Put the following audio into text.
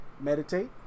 meditate